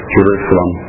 Jerusalem